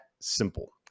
simple